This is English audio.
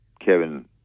Kevin